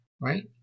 Right